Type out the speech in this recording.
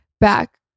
back